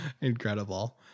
incredible